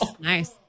Nice